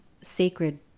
sacred